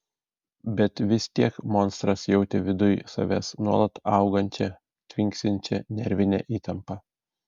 bet vis tiek monstras jautė viduj savęs nuolat augančią tvinksinčią nervinę įtampą